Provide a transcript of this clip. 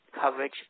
coverage